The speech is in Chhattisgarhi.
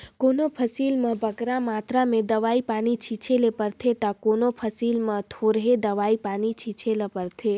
कोनो फसिल में बगरा मातरा में दवई पानी छींचे ले परथे ता कोनो फसिल में थोरहें दवई पानी छींचे ले परथे